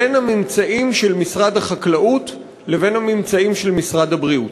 בין הממצאים של משרד החקלאות לבין הממצאים של משרד הבריאות.